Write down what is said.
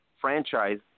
franchise